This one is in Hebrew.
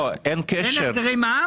אין החזרי מע"מ?